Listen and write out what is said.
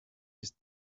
ist